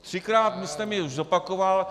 Třikrát jste mi už zopakoval...